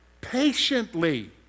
patiently